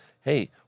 hey